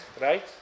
Right